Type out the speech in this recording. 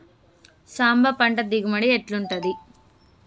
సాంబ పంట దిగుబడి ఎట్లుంటది?